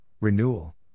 renewal